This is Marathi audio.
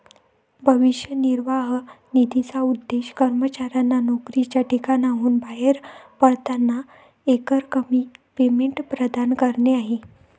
भविष्य निर्वाह निधीचा उद्देश कर्मचाऱ्यांना नोकरीच्या ठिकाणाहून बाहेर पडताना एकरकमी पेमेंट प्रदान करणे आहे